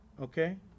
Okay